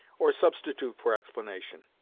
or substitute for explanation,